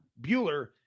Bueller